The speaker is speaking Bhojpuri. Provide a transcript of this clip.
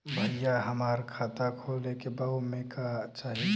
भईया हमार खाता खोले के बा ओमे का चाही?